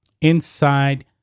inside